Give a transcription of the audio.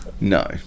no